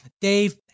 Dave